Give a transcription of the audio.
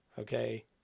Okay